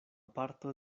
parto